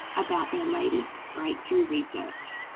about their latest breakthrough research.